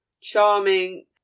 charming